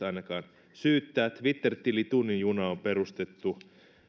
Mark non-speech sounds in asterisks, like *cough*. *unintelligible* ainakaan kiirehtimisestä syyttää twitter tili tunnin juna on perustettu